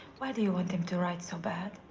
why do you want him to write so bad?